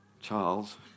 Charles